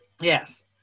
Yes